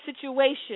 situation